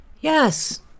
Yes